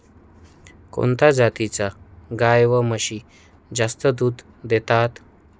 कोणत्या जातीच्या गाई व म्हशी जास्त दूध देतात?